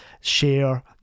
share